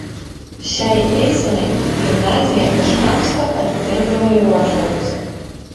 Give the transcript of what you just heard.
šiai eisenai gimnazija iš anksto atitinkamai ruošdavosi